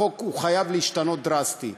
החוק חייב להשתנות דרסטית,